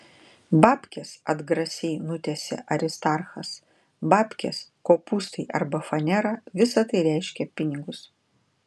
babkės atgrasiai nutęsė aristarchas babkės kopūstai arba fanera visa tai reiškia pinigus